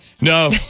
No